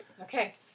Okay